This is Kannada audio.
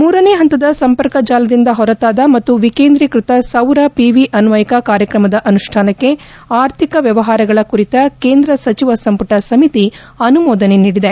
ಮೂರನೇ ಪಂತದ ಸಂಪರ್ಕ ಜಾಲದಿಂದ ಹೊರತಾದ ಮತ್ತು ವಿಕೇಂದ್ರಿಕ್ಷತ ಸೌರ ಪಿವಿ ಅನ್ನಯಕ ಕಾರ್ಯಕ್ರಮದ ಅನುಷ್ಠಾನಕ್ಕೆ ಆರ್ಥಿಕ ವ್ನವಹಾರಗಳ ಕುರಿತ ಕೇಂದ್ರ ಸಚಿವ ಸಂಪುಟ ಸಮಿತಿ ಅನುಮೋದನೆ ನೀಡಿದೆ